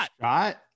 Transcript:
shot